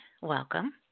welcome